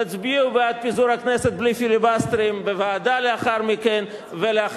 תצביעו בעד פיזור הכנסת בלי פיליבסטרים בוועדה לאחר מכן,